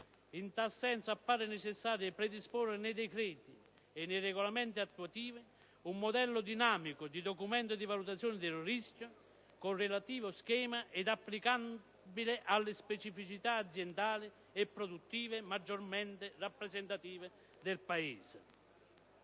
In tal senso appare necessario predisporre nei decreti e nei regolamenti attuativi un modello dinamico di Documento di valutazione del rischio, con relativo schema ed applicabile alle specificità aziendali e produttive maggiormente rappresentative del Paese.